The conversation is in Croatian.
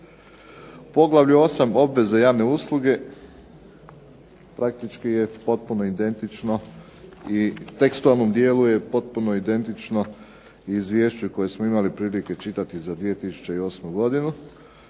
U poglavlju 8 – Obveze javne usluge praktički je potpuno identično i tekstualnom dijelu je potpuno identično izvješće koje smo imali prilike čitati za 2008. godinu,